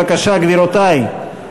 בבקשה, גבירותי.